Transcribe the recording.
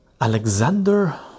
alexander